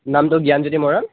নামটো জ্ঞানজ্যোতি মৰাণ